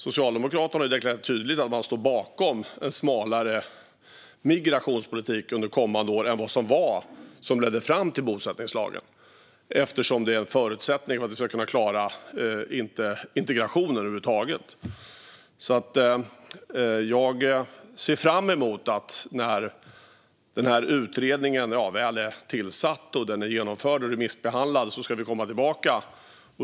Socialdemokraterna har tydligt deklarerat att man står bakom en smalare migrationspolitik under kommande år än den som ledde fram till bosättningslagen eftersom det är en förutsättning för att vi ska kunna klara integrationen över huvud taget. Jag ser fram emot att vi när utredningen väl är tillsatt, genomförd och remissbehandlad ska komma tillbaka i frågan.